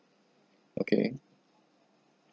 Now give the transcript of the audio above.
okay